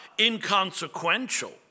inconsequential